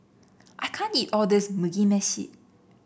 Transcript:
I can't eat all this Mugi Meshi